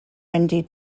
wendy